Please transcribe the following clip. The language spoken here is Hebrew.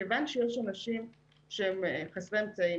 מכיוון שיש אנשים שהם חסרי אמצעים,